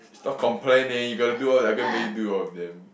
stop complaining you gotta do all diagram then do of them